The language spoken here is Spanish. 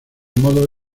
modo